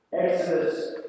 Exodus